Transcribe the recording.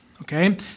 okay